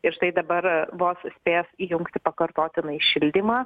ir štai dabar vos spės įjungti pakartotinai šildymą